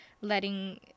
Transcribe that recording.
letting